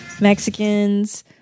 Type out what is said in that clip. Mexicans